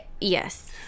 Yes